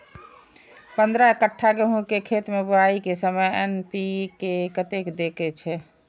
पंद्रह कट्ठा गेहूं के खेत मे बुआई के समय एन.पी.के कतेक दे के छे?